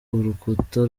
urukuta